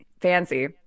Fancy